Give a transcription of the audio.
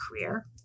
career